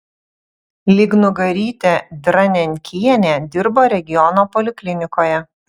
lygnugarytė dranenkienė dirbo regiono poliklinikoje